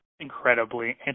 incredibly